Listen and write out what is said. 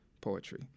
poetry